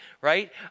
right